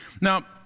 now